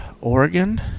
Oregon